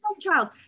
child